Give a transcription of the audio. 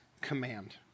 command